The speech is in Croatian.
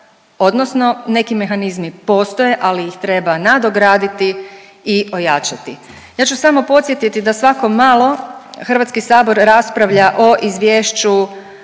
odnosno neki mehanizmi postoje, ali ih treba nadograditi i ojačati. Ja ću samo podsjetiti da svako malo HS raspravlja o izvješću